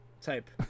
type